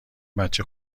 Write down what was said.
بچه